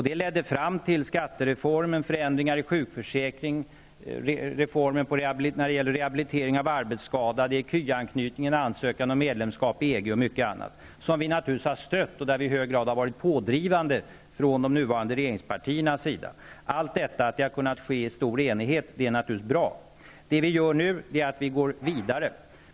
Det ledde fram till skattereformen, förändringar i sjukförsäkringen, reformen för rehabilitering av arbetsskadade, ecuanknytningen, ansökan om medlemskap i EG, osv. Vi från de nuvarande regeringspartiernas sida har stött dessa åtgärder och har i hög grad varit pådrivande. Det är naturligtvis bra att allt detta har kunnat ske i stor enighet. Nu går vi vidare.